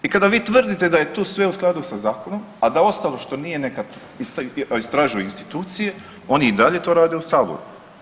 I kada vi tvrdite da je tu sve u skladu sa zakonom, a da ostalo što nije neka istražuju institucije, oni i dalje to rade u saboru.